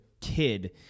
kid